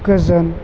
गोजोन